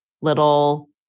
little